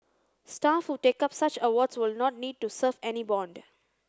staff who take up such awards will not need to serve any bond